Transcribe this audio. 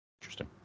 Interesting